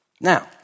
Now